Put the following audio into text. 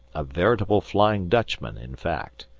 a veritable flying dutchman in fact,